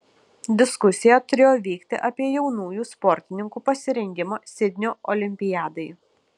diskusija turėjo vykti apie jaunųjų sportininkų pasirengimą sidnio olimpiadai